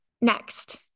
Next